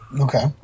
Okay